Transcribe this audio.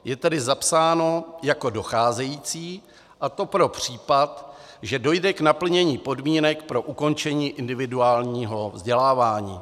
Je tady zapsáno jako docházející, a to pro případ, že dojde k naplnění podmínek pro ukončení individuálního vzdělávání.